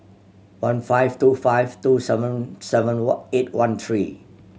one five two five two seven seven eight one three